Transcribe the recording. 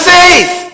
faith